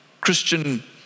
Christian